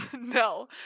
no